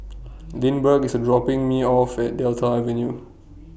Lindbergh IS dropping Me off At Delta Avenue